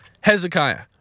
Hezekiah